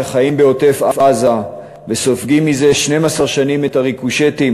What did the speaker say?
החיים בעוטף-עזה וסופגים מזה 12 שנים את הריקושטים